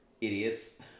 Idiots